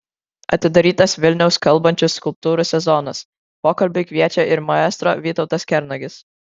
atidarytas vilniaus kalbančių skulptūrų sezonas pokalbiui kviečia ir maestro vytautas kernagis